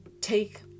take